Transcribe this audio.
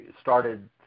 started